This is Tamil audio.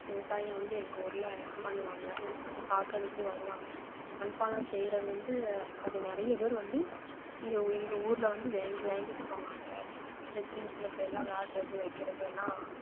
விவசாயம் வந்து எங்கள் ஊரில் பண்ணுவாங்க அது பார்க்கறதுக்கு வருவாங்க மண்பானம் செய்யறது வந்து அது நிறைய பேர் வந்து இங்கே உ எங்கள் ஊரில் வந்து வாங் வாங்கிட்டு போவாங்க இந்த சின்ன சின்ன பிள்ளை எல்லாம் விளாடுறது வைக்கிறது எல்லாம்